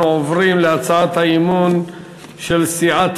אנחנו עוברים להצעת האי-אמון של סיעת